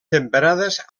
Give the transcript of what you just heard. temperades